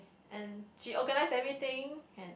and she organized everything and